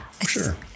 Sure